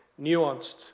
nuanced